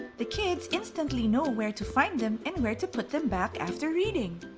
the kids instantly know where to find them and where to put them back after reading.